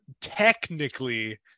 technically